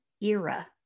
era